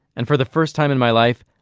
and for the first time in my life,